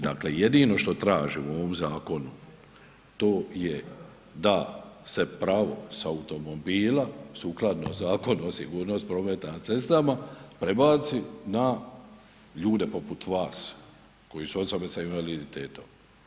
Dakle jedino što tražimo u ovom zakonu, to je da se pravo sa automobila sukladno Zakonu o sigurnosti prometa na cestama, prebaci na ljude poput vas koji su osobe sa invaliditetom.